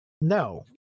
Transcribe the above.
No